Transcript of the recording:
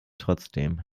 trotzdem